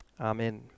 Amen